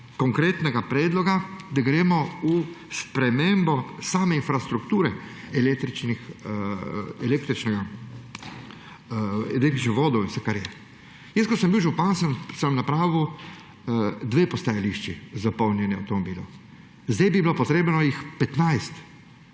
konkretnega predloga, da gremo v spremembo same infrastrukture električnih vodov in vsega, kar je. Ko sem bil župan, sem naredil dve postajališči za polnjenje avtomobilov, sedaj bi jih bilo potrebno 15,